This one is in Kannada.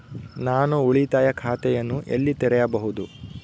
ನಾನು ಉಳಿತಾಯ ಖಾತೆಯನ್ನು ಎಲ್ಲಿ ತೆರೆಯಬಹುದು?